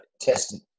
testing